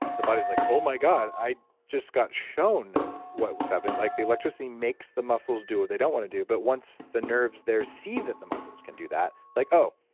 the body's like, oh my god. i just got shown what was happening. like the electricity makes the muscles do what they don't want to do. but once the nerves there see that the muscles can do that, like oh.